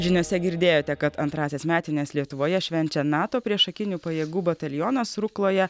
žiniose girdėjote kad antrąsias metines lietuvoje švenčia nato priešakinių pajėgų batalionas rukloje